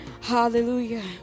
Hallelujah